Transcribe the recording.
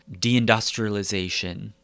deindustrialization